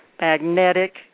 magnetic